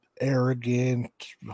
arrogant